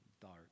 dark